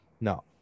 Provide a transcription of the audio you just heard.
No